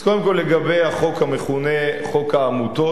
אז קודם כול לגבי החוק המכונה "חוק העמותות"